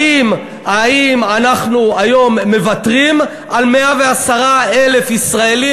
האם אנחנו היום מוותרים על 110,000 ישראלים,